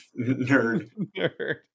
nerd